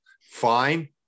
fine